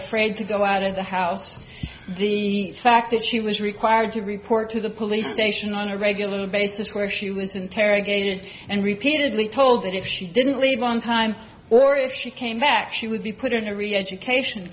afraid to go out of the house the fact that she was required to report to the police station on a regular basis where she was interrogated and repeatedly told that if she didn't leave on time or if she came back she would be put in a reeducation